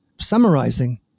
summarizing